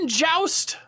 joust